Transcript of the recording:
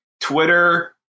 Twitter